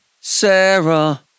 Sarah